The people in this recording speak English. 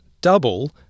double